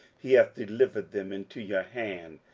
he hath delivered them into your hand,